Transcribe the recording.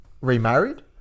remarried